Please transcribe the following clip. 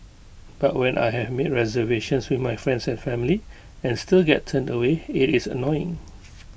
but when I have made reservations with my friends and family and still get turned away IT is annoying